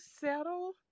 settle